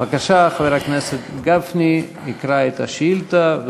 בבקשה, חבר הכנסת גפני יקרא את השאילתה,